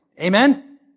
Amen